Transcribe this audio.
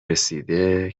رسیده